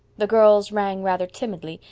the girls rang rather timidly,